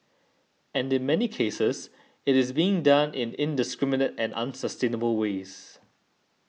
and in many cases it is being done in indiscriminate and unsustainable ways